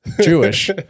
Jewish